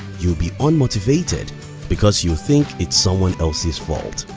you'll be unmotivated because you'll think it's someone else's fault.